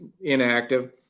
inactive